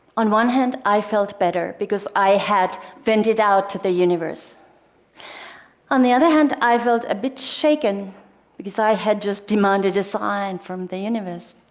on one hand, i felt better because i had vented out to the universe on the other hand, i felt a bit shaken because i had just demanded a sign from the universe.